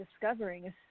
discovering